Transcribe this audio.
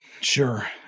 Sure